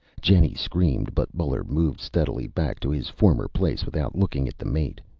jenny screamed, but muller moved steadily back to his former place without looking at the mate.